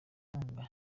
nkunga